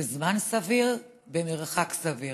בזמן סביר, במרחק סביר.